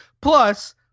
Plus